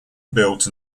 built